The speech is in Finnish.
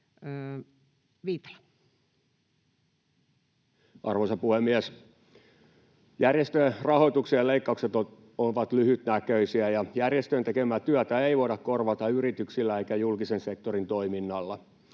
Arvoisa puhemies! Järjestöjen rahoituksien leikkaukset ovat lyhytnäköisiä, ja järjestöjen tekemää työtä ei voida korvata yrityksillä eikä julkisen sektorin toiminnalla.